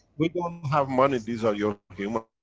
we don't have money, these are your human